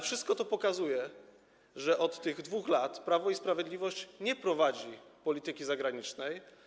Wszystko to pokazuje, że od tych 2 lat Prawo i Sprawiedliwość nie prowadzi polityki zagranicznej.